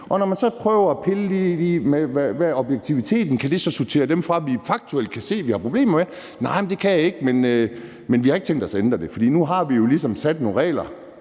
Og når man så prøver at pille lidt i objektiviteten, og om det så kan sortere dem fra, som vi faktuelt kan se at vi har problemer med, så siger man: Nej, det kan det ikke, men vi har ikke tænkt os at ændre det, for nu har vi jo ligesom sat nogle regler